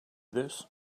this